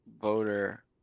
voter